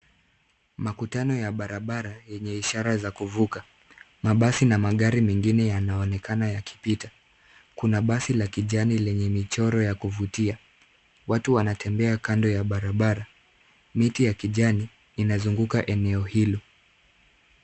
Makutanao ya barabara yenye ishara za kuvuka. Mabasi na magari mengine yanaonekana yakipita. Kuna basi la kijani lenye michoro ya kuvutia. Watu wanatembea kando ya barabara. Miti ya kijani inazunguka eneo hilo.